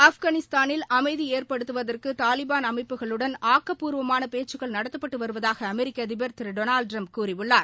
ஆப்கானிஸ்தானில் அமைதி ஏற்படுவதற்கு தாலிபான் அமைப்புகளுடன் ஆக்கப்பூர்வமான பேச்சுக்கள் நடத்தப்பட்டு வருவதாக அமெரிக்க அதிபர் திரு டொனாவ்டு ட்டிம்ப் கூறியுள்ளார்